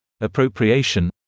appropriation